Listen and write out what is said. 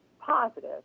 positive